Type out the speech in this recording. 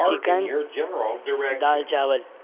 chicken دال چاول